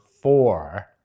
four